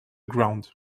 ground